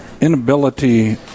inability